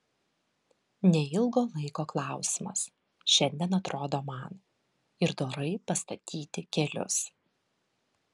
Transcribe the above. neilgo laiko klausimas šiandien atrodo man ir dorai pastatyti kelius